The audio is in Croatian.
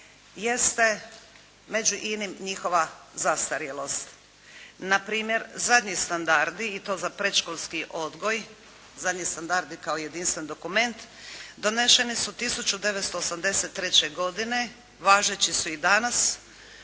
jeste među inim njihova zastarjelost. Npr. zadnji standardi i to za predškolski odgoj, zadnji standardi kao jedinstven dokument, doneseni su 1983. godine, važeći su i danas